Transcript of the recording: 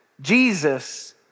Jesus